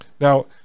Now